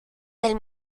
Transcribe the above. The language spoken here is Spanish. del